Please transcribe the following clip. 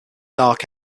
dark